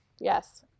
Yes